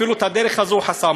אפילו את הדרך הזאת הוא חסם.